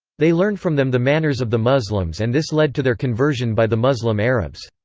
they learned from them the manners of the muslims and this led to their conversion by the muslim arabs.